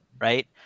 right